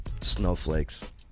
Snowflakes